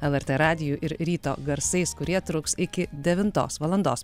lrt radiju ir ryto garsais kurie truks iki devintos valandos